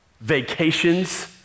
vacations